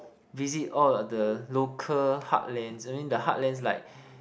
visit all of the local heartlands I mean the heartlands like